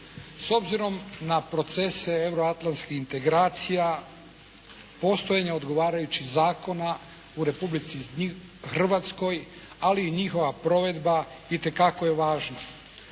S obzirom na procese euroatlanskih integracija postojanja odgovarajućih zakona u Republici Hrvatskoj ali i njihova provedba itekako je važna.